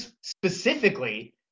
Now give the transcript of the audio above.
specifically